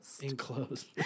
Enclosed